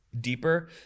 deeper